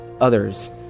others